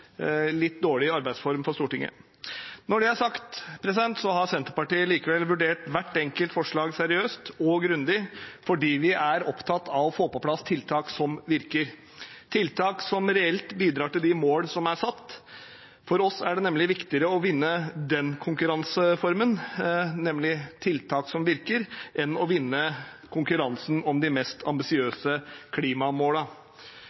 litt dårlig arbeidsform for Stortinget. Når det er sagt, har Senterpartiet likevel vurdert hvert enkelt forslag seriøst og grundig, for vi er opptatt av å få på plass tiltak som virker, tiltak som reelt sett bidrar til å nå de målene som er satt. For oss er det nemlig viktigere å vinne den konkurranseformen, nemlig «tiltak som virker», enn å vinne konkurransen om de mest